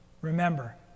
Remember